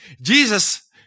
Jesus